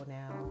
now